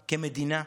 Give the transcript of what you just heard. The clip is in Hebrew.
כמדינה,